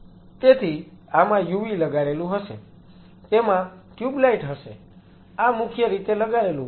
તેથી આમાં UV લગાડેલું હશે તેમાં ટ્યુબ લાઇટ હશે આ મુખ્ય રીતે લગાડેલું હોય છે